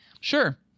sure